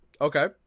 Okay